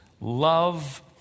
love